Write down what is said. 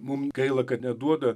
mum gaila kad neduoda